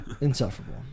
insufferable